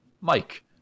mike